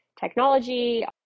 technology